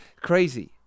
crazy